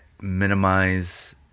minimize